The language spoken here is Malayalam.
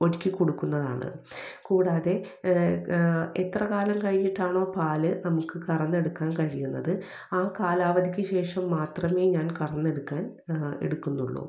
ഒരുക്കി കൊടുക്കുന്നതാണ് കൂടാതെ എത്ര കാലം കഴിഞ്ഞിട്ടാണോ പാല് നമുക്ക് കറന്ന് എടുക്കാൻ കഴിയുന്നത് ആ കാലാവധിക്ക് ശേഷം മാത്രമേ ഞാൻ കറന്നെടുക്കാൻ എടുക്കുന്നുള്ളു